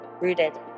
rooted